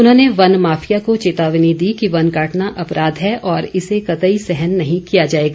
उन्होंने वन माफिया को चेतावनी दी कि वन काटना अपराध है और इसे कतई सहन नहीं किया जाएगा